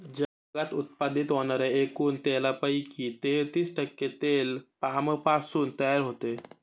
जगात उत्पादित होणाऱ्या एकूण तेलापैकी तेहतीस टक्के तेल पामपासून तयार होते